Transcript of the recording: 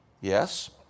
Yes